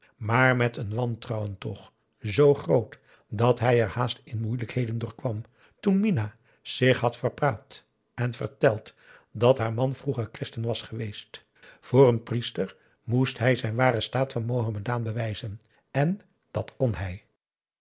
maar met een wantrouwen toch z groot dat hij er haast in moeilijkheden door kwam toen minah zich had verpraat en verteld dat haar man vroeger christen was geweest voor een priester moest hij zijn waren staat van mohammedaan bewijzen en dat kon hij